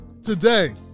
Today